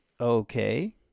Okay